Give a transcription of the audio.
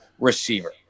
receiver